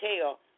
tell